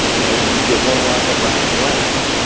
you get one line that wraps around.